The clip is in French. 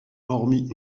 hormis